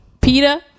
Peter